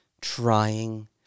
trying